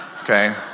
okay